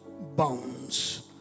bones